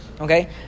Okay